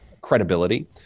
credibility